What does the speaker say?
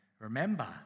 remember